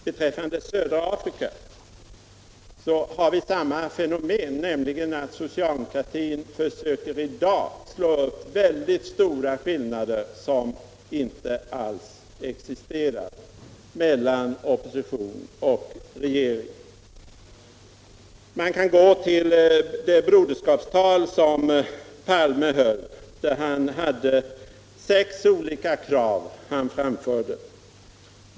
| Beträffande södra Afrika har vi samma fenomen, nämligen att socialdemokratin i dag försöker visa upp väldigt stora skillnader, som inte alls existerar, mellan opposition och regering. Man kan gå till det broderskapstal som herr Palme höll, där han framförde sex olika krav.